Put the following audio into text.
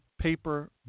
paper